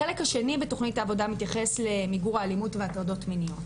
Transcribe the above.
החלק השני בתכנית העבודה מתייחס למיגור האלימות והטרדות מיניות.